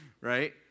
Right